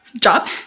job